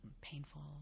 painful